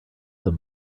them